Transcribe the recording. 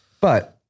but-